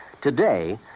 Today